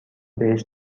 بهش